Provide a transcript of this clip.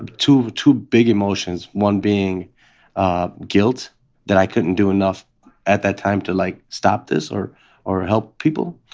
two two big emotions, one being ah guilt that i couldn't do enough at that time to, like, stop this or or help people,